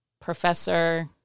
professor